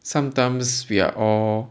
sometimes we are all